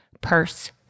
purse